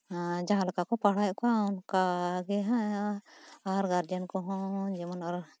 ᱡᱟᱦᱟᱸ ᱞᱮᱠᱟ ᱠᱚ ᱯᱟᱲᱦᱟᱣᱮᱫ ᱠᱚᱣᱟ ᱚᱱᱠᱟ ᱜᱮ ᱦᱟᱸᱜ ᱟᱨ ᱜᱟᱨᱡᱮᱱ ᱠᱚᱦᱚᱸ ᱡᱮᱢᱚᱱ ᱟᱨᱚ